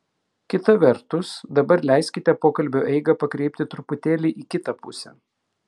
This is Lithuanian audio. kita vertus dabar leiskite pokalbio eigą pakreipti truputėlį į kitą pusę